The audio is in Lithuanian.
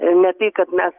ne tai kad mes